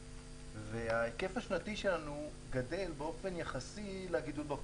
ההיקף השנתי שלנו גדל באופן יחסי לגידול באוכלוסייה.